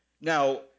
Now